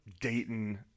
Dayton